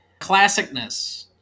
Classicness